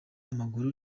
amaguru